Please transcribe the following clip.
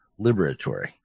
liberatory